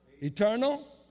eternal